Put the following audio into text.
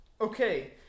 Okay